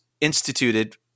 instituted